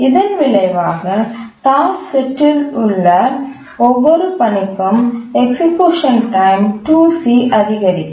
இதன் விளைவாக டாஸ்க்செட்லுள்ள ஒவ்வொரு பணிக்கும் எக்சிக்யூஷன் டைம் 2c அதிகரிக்கும்